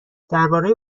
درباره